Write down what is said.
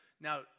Now